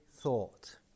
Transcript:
thought